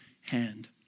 hand